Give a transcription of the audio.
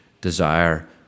desire